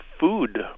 food